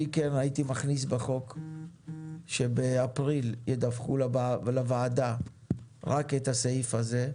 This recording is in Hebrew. אני כן הייתי מכניס בחוק שבאפריל ידווחו לוועדה רק את הסעיף הזה,